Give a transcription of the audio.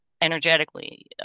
Energetically